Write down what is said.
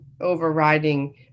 overriding